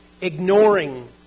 ignoring